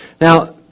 Now